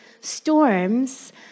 storms